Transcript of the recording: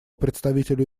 представителю